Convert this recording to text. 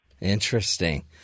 Interesting